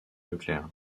leclerc